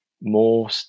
more